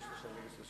בבקשה.